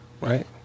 Right